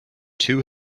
two